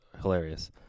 hilarious